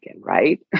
right